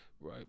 right